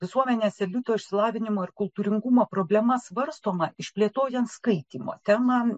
visuomenės elito išsilavinimo ir kultūringumo problema svarstoma išplėtojant skaitymo temą